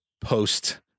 post